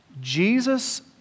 Jesus